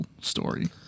story